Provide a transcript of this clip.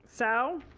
so